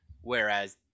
Whereas